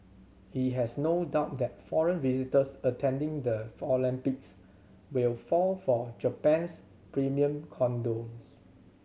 he has no doubt that foreign visitors attending the for Olympics will fall for Japan's premium condoms